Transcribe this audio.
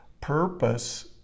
purpose